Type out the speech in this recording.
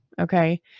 okay